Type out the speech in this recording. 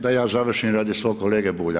Da ja završim radi svog kolege Bulja.